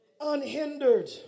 unhindered